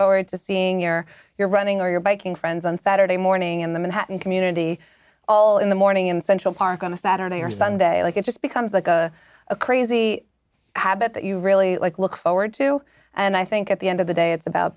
forward to seeing your your running or your biking friends on saturday morning and them and having community all in the morning in central park on a saturday or sunday like it just becomes like a crazy habit that you really like look forward to and i think at the end of the day it's about